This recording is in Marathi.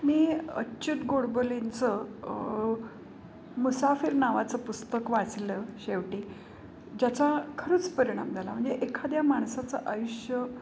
मी अच्युत गोडबोलेंचं मुसाफिर नावाचं पुस्तक वाचलं शेवटी ज्याचा खरंच परिणाम झाला म्हणजे एखाद्या माणसाचं आयुष्य